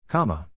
Comma